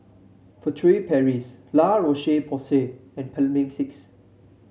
Furtere Paris La Roche Porsay and Mepilex